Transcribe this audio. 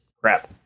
crap